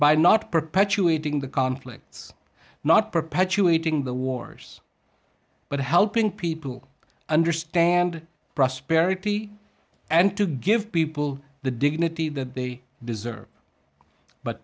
by not perpetuating the conflicts not perpetuating the wars but helping people understand prosperity and to give people the dignity that they deserve but